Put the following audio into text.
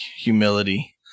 humility